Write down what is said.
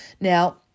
Now